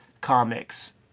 comics